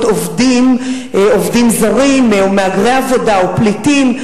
עובדים זרים או מהגרי עבודה או פליטים,